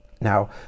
Now